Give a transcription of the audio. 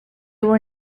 were